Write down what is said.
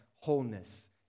Wholeness